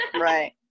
Right